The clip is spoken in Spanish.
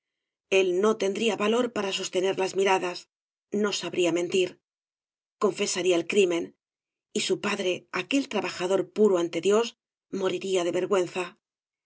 él no tendría valor para sostener las miradas no sabría mentir confesaría el crimen y su padre aquel trabajador puro ante dios moriría de vergüenza